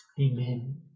Amen